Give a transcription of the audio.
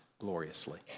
gloriously